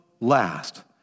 last